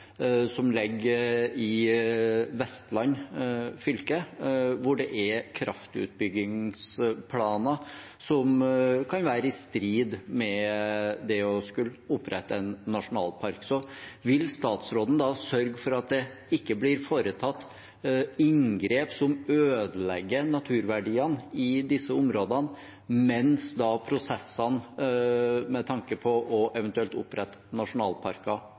som ligger i Vestland fylke, hvor det er kraftutbyggingsplaner som kan være i strid med det å skulle opprette en nasjonalpark: Vil statsråden sørge for at det ikke blir foretatt inngrep som ødelegger naturverdiene i disse områdene mens prosessene med tanke på eventuelt å opprette nasjonalparker